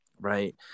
right